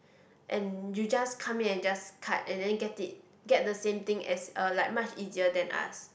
and you just come in and just cut and then get it get the same thing as uh like much easier than us